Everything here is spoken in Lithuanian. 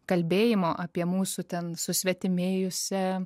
kalbėjimo apie mūsų ten susvetimėjusią